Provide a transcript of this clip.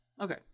Okay